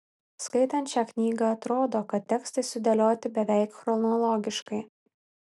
skaitant šią knygą atrodo kad tekstai sudėlioti beveik chronologiškai